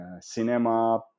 cinema